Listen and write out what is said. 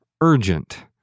urgent